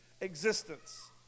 existence